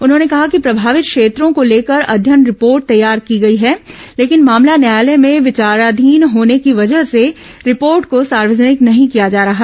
उन्होंने कहा कि प्रभावित क्षेत्रों को लेकर अध्ययन रिपोर्ट तैयार की गई है लेकिन मामला न्यायालय में विचाराधीन होने की वजह से रिपोर्ट को सार्वजनिक नहीं किया जा सकता